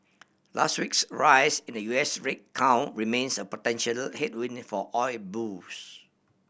last week's rise in the U S rig count remains a potential headwind for oil bulls